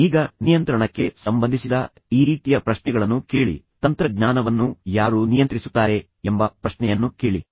ಈಗ ನಿಯಂತ್ರಣಕ್ಕೆ ಸಂಬಂಧಿಸಿದ ಈ ರೀತಿಯ ಪ್ರಶ್ನೆಗಳನ್ನು ಕೇಳಿ ತಂತ್ರಜ್ಞಾನವನ್ನು ಯಾರು ನಿಯಂತ್ರಿಸುತ್ತಾರೆ ಎಂಬ ಪ್ರಶ್ನೆಯನ್ನು ಕೇಳಿ